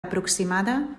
aproximada